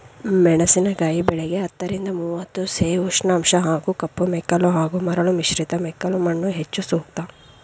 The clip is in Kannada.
ಮೆಣಸಿನಕಾಯಿ ಬೆಳೆಗೆ ಹತ್ತರಿಂದ ಮೂವತ್ತು ಸೆ ಉಷ್ಣಾಂಶ ಹಾಗೂ ಕಪ್ಪುಮೆಕ್ಕಲು ಹಾಗೂ ಮರಳು ಮಿಶ್ರಿತ ಮೆಕ್ಕಲುಮಣ್ಣು ಹೆಚ್ಚು ಸೂಕ್ತ